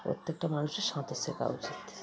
প্রত্যেকটা মানুষের সাঁতার শেখা উচিত